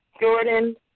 Jordan